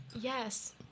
Yes